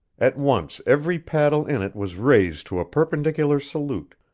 at once every paddle in it was raised to a perpendicular salute,